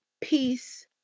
peace